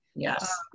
Yes